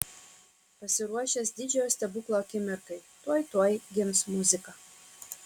pasiruošęs didžiojo stebuklo akimirkai tuoj tuoj gims muzika